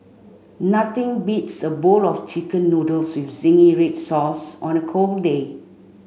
nothing beats a bowl of chicken noodles with zingy red sauce on a cold day